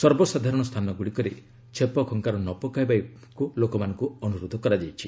ସର୍ବସାଧାରଣ ସ୍ଥାନଗୁଡ଼ିକରେ ଛେପ ଖଙ୍କାର ନ ପକାଇବାକୁ ଲୋକମାନଙ୍କୁ ଅନୁରୋଧ କରାଯାଇଛି